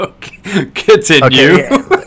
Continue